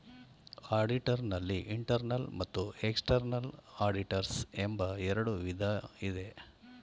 auditor ನಲ್ಲಿ internal ಮತ್ತು external auditors ಎಂಬ ಎರಡು ವಿಧ ಇದೆ